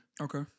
Okay